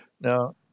Now